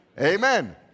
Amen